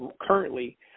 currently